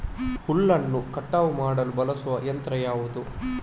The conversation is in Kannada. ಹುಲ್ಲನ್ನು ಕಟಾವು ಮಾಡಲು ಬಳಸುವ ಯಂತ್ರ ಯಾವುದು?